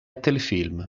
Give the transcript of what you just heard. telefilm